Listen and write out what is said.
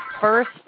first